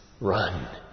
run